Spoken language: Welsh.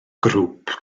grŵp